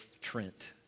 Trent